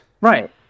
right